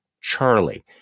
charlie